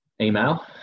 Email